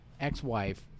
ex-wife